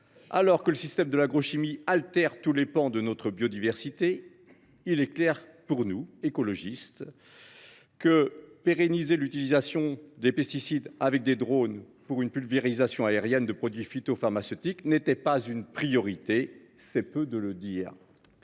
alors que le système de l’agrochimie altère tous les pans de notre biodiversité, il nous paraît clair, à nous, écologistes, que pérenniser l’utilisation de drones pour la pulvérisation aérienne de produits phytopharmaceutiques n’était pas une priorité – c’est peu de le dire